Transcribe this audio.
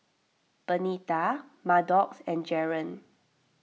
Benita Maddox and Jaren